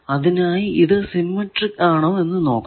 അതിനായി ഇത് സിമെട്രിക് ആണോ എന്ന് നോക്കണം